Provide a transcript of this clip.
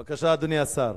בבקשה, אדוני השר.